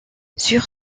sur